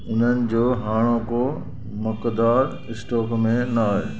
उन्हनि जो हाणोको मक़दारु स्टॉक में नाहे